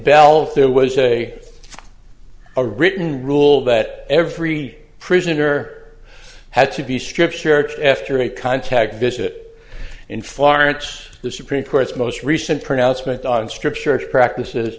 belfair was a a written rule that every prisoner had to be strip searched after a contact visit in florence the supreme court's most recent pronouncement on strip search practices